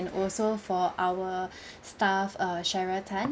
and also for our staff err sharon tan